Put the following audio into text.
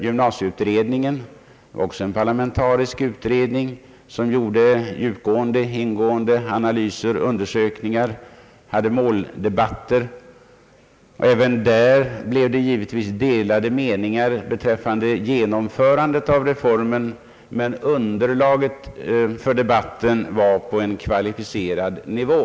Gymnasieutredningen var också en parlamentarisk utredning som gjorde djupgående analyser och undersökningar och förde måldebatter. Även den gången rådde delade meningar beträffande genomförandet av reformen, men underlaget för debatten låg på en kvalificerad nivå.